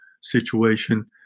situation